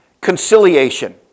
conciliation